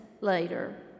later